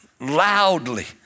loudly